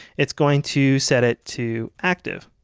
it's going to set it to active,